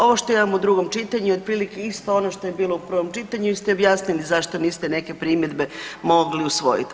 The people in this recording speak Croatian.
Ovo što imamo u drugom čitanju je otprilike isto ono što je bilo u prvom čitanju i vi ste objasni zašto niste neke primjedbe mogli usvojiti.